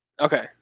Okay